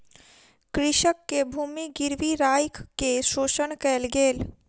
कृषक के भूमि गिरवी राइख के शोषण कयल गेल